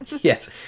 yes